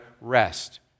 rest